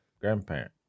grandparent